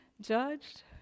judged